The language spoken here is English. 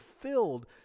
filled